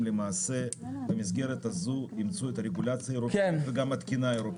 למעשה במסגרת הזו אימצו את הרגולציה האירופאית וגם התקינה האירופאית.